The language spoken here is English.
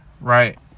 Right